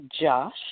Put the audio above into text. Josh